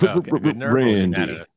randy